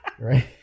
right